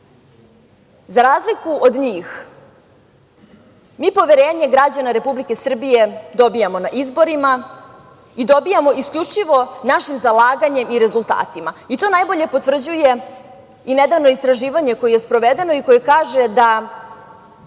razliku od njih, mi poverenje građana Republike Srbije dobijamo na izborima i dobijamo isključivo našim zalaganjem i rezultatima. To najbolje potvrđuje i nedavno istraživanje koje je sprovedeno i koje kaže da